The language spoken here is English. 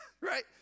Right